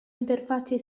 interfacce